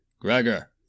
Gregor